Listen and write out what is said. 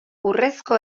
urrezko